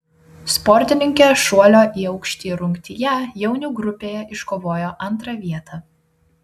sportininkė šuolio į aukštį rungtyje jaunių grupėje iškovojo antrą vietą